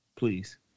Please